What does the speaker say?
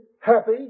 happy